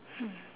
hmm